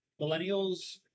millennials